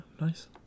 nice